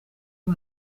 aho